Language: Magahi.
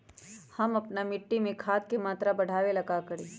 हम अपना मिट्टी में खाद के मात्रा बढ़ा वे ला का करी?